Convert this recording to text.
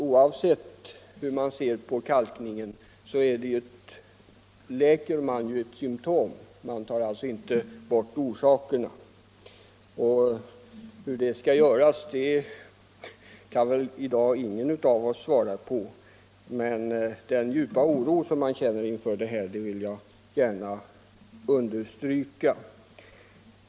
Oavsett hur man ser på kalkningen, så botar man därmed bara ett symtom och tar inte bort orsaken till försurningen. Hur det skall kunna göras kan väl i dag ingen av oss svara på, men jag vill gärna understryka den djupa oro som man känner inför detta.